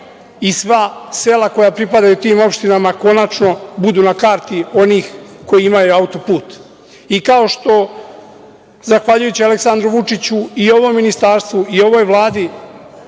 i sva sela koja pripadaju tim opštinama konačno budu na karti onih koji imaju autoput. Zahvaljujući Aleksandru Vučiću i ovom ministarstvu i ovoj Vladi